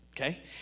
Okay